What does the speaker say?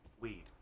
Weed